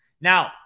Now